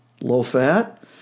low-fat